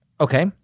Okay